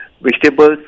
vegetables